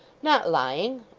not lying.